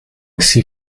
sie